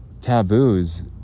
taboos